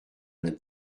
vingt